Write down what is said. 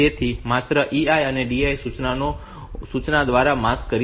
તેથી માત્ર EI DI સૂચનાઓ દ્વારા તેને માસ્ક કરી શકાય નહીં